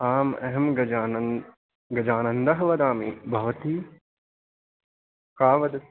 आम् अहं गजानन् गजानन्दः वदामि भवती का वदति